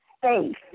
faith